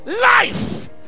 life